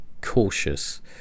cautious